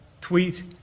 tweet